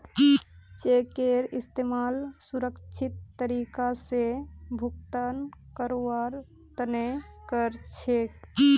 चेकेर इस्तमाल सुरक्षित तरीका स भुगतान करवार तने कर छेक